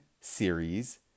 series